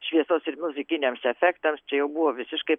šviesos ir muzikiniams efektams čia jau buvo visiškai